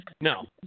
no